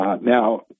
now